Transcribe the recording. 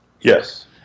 Yes